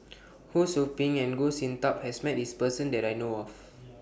Ho SOU Ping and Goh Sin Tub has Met This Person that I know of